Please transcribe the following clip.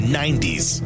90s